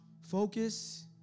Focus